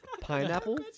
pineapple